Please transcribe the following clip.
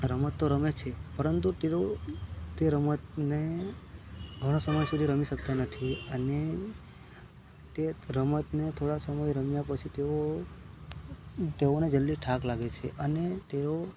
રમત તો રમે છે પરંતુ તેઓ તે રમતને ઘણો સમય સુધી રમી શકતા નથી અને તે રમતને થોડા સમય રમ્યા પછી તેઓને જલ્દી થાક લાગે છે અને તેઓ